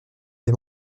des